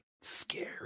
Scary